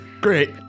great